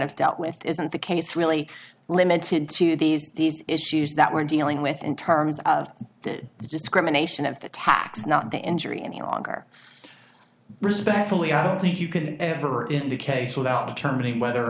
've dealt with isn't the case really limited to these these issues that we're dealing with in terms of the discrimination of the tax not the injury and the longer respectfully i don't think you could ever in the case without determining whether or